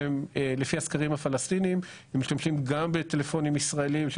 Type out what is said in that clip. לפי הסקרים הפלסטינים הם משתמשים גם בטלפונים ישראליים,